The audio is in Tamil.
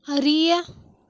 அறிய